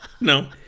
no